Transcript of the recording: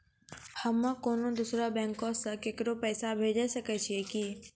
हम्मे कोनो दोसरो बैंको से केकरो पैसा भेजै सकै छियै कि?